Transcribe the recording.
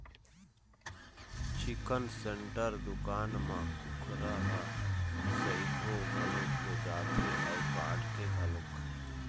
chicken centre दुकान म कुकरा ह सइघो घलोक बेचाथे अउ काट के घलोक